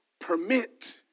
permit